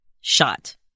shot